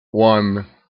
one